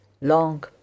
long